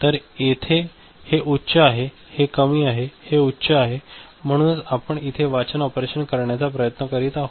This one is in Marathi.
तर हे येथे उच्च आहे हे कमी आहे हे उच्च आहे म्हणूनच आपण इथे वाचन ऑपरेशन करण्याचा प्रयत्न करीत आहोत